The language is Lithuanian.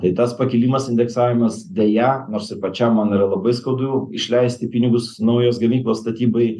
tai tas pakilimas indeksavimas deja nors pačiam man yra labai skaudu išleisti pinigus naujos gamyklos statybai